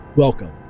Welcome